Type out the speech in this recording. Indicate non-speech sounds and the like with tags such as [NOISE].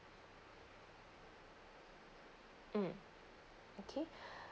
mm okay [BREATH]